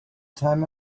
time